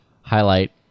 highlight